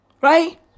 Right